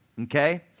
okay